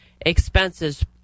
Expenses